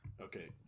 Okay